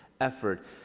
effort